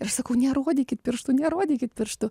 ir aš sakau nerodykit pirštu nerodykit pirštu